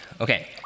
Okay